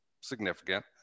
significant